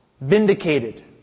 vindicated